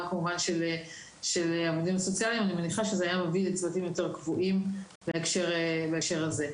כמובן של העובדים הסוציאליים זה היה מוביל לצוותים יותר קבועים בהקשר הזה.